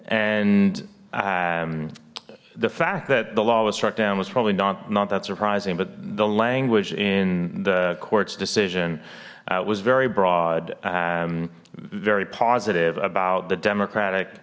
and the fact that the law was struck down was probably not not that surprising but the language in the court's decision was very broad very positive about the democratic